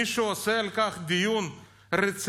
מישהו עושה על כך דיון רציני?